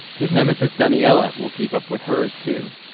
his nemesis daniella will keep up with her's too.